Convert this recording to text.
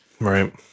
Right